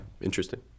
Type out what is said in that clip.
Interesting